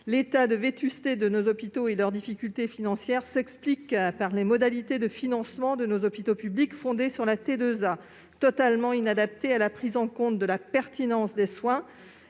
L'état de vétusté de nos hôpitaux et leurs difficultés financières s'expliquent par les modalités de financement de nos hôpitaux publics, fondées sur la T2A, laquelle est totalement inadaptée à la prise en compte de la pertinence des soins